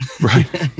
right